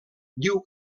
diu